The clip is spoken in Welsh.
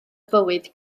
bywyd